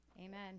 Amen